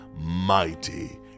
mighty